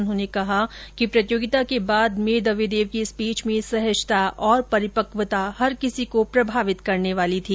उन्होंने कहा कि प्रतियोगिता के बाद मेदवेदेव की स्पीच में सहजता और परिपक्वता हर किसी को प्रभावित करने वाली थी